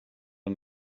yng